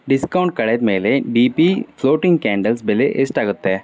discount ಕಳೆದಮೇಲೆ D P floating candles ಬೆಲೆ ಎಷ್ಟಾಗತ್ತೆ